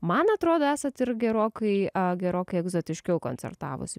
man atrodo esat ir gerokai a gerokai egzotiškiau koncertavusi